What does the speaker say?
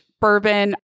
bourbon